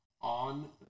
On